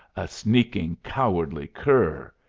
a sneaking, cowardly cur!